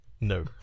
No